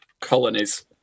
Colonies